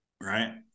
Right